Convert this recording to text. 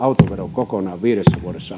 kokonaan